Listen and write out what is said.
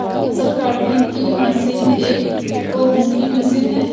फ़सल काटने की मशीन एक बहुमुखी मशीन है